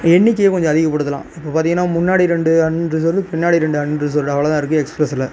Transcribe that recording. எண்ணிக்கையை கொஞ்சம் அதிகப்படுத்தலாம் இப்போ பார்த்திங்கன்னா முன்னாடி ரெண்டு அன் ரிசர்வ்டு பின்னாடி ரெண்டு அன் ரிசர்வ்டு அவ்ளோ தான் இருக்கு எக்ஸ்ப்ரஸில்